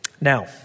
Now